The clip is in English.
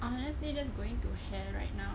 honestly just going to hell right now